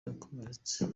yakomeretse